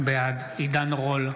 בעד עידן רול,